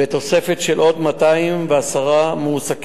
ותוספת של עוד 210 מועסקים.